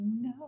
No